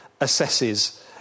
assesses